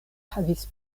havis